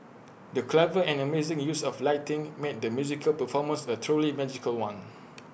the clever and amazing use of lighting made the musical performance A truly magical one